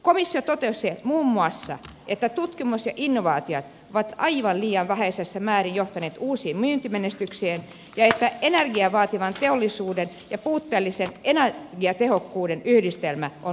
komissio totesi muun muassa että tutkimus ja innovaatiot ovat aivan liian vähäisessä määrin johtaneet uusiin myyntimenestyksiin ja että energiaa vaativan teollisuuden ja puutteellisen energiatehokkuuden yhdistelmä on huolestuttava